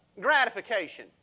Gratification